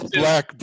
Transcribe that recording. black